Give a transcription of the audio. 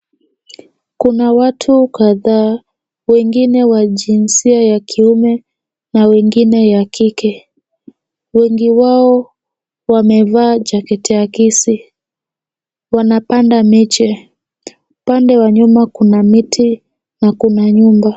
Kuna watu kadhaa, wengine wa jinsia ya kiume na wengine ya kike. Wengi wao wamevaa jaketi akisi. Wanapanda miche. Upande wa nyuma kuna miti na kuna nyumba.